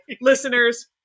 Listeners